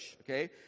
Okay